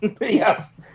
yes